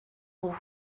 roux